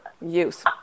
use